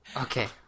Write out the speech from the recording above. Okay